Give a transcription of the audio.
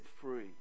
free